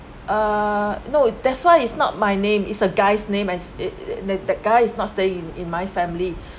uh no that's why it's not my name it's a guy's name as that that guy is not staying in in my family